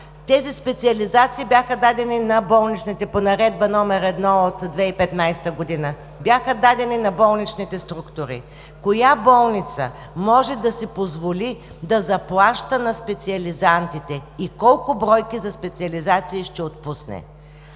тези специализации по Наредба № 1 от 2015 г. бяха дадени на болничните структури. Коя болница може да си позволи да заплаща на специализантите и колко бройки за специализации ще отпусне?